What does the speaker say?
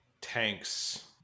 tanks